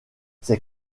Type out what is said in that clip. ses